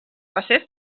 passés